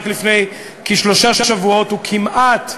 רק לפני כשלושה שבועות הוא כמעט,